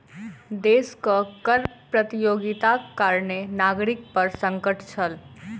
देशक कर प्रतियोगिताक कारणें नागरिक पर संकट छल